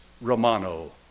Romano